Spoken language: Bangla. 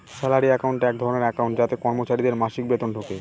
স্যালারি একাউন্ট এক ধরনের একাউন্ট যাতে কর্মচারীদের মাসিক বেতন ঢোকে